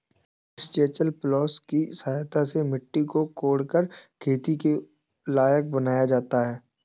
इस chisel plough की सहायता से मिट्टी को कोड़कर खेती के लायक बनाया जाता है